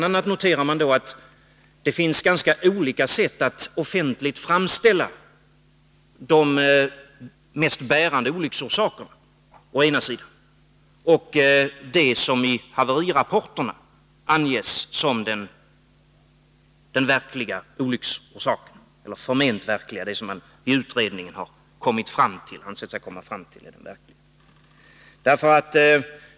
a. noterar man då att det finns ganska olika sätt att offentligt framställa de mest bärande olycksorsakerna och det som i haverirapporterna anges som den verkliga olycksorsaken — eller förment verkliga olycksorsaken, som man i utredningen ansett sig komma fram till.